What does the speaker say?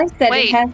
Wait